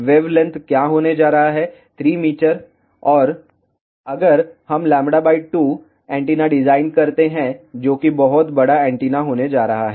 wavelength क्या होने जा रहा है 3 मीटर और अगर हम λ 2 एंटीना डिजाइन करते हैं जो बहुत बड़ा एंटीना होने जा रहा है